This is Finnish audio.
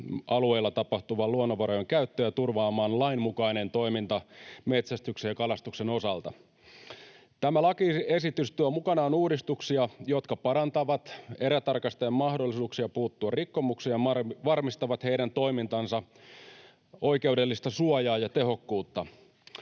alueilla tapahtuvaa luonnonvarojen käyttöä ja turvaamaan lainmukainen toiminta metsästyksen ja kalastuksen osalta. Tämä lakiesitys tuo mukanaan uudistuksia, jotka parantavat erätarkastajan mahdollisuuksia puuttua rikkomuksiin ja varmistavat heidän toimintansa oikeudellista suojaa ja tehokkuutta.